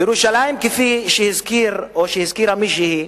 ירושלים, כפי שהזכיר או שהזכירה מישהי,